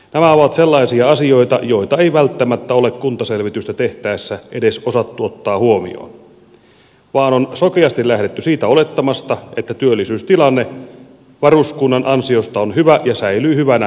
nämä ovat sellaisia asioita joita ei välttämättä ole kuntaselvitystä tehtäessä edes osattu ottaa huomioon vaan on sokeasti lähdetty siitä olettamasta että työllisyystilanne varuskunnan ansiosta on hyvä ja säilyy hyvänä tulevaisuudessakin